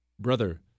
Brother